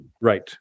Right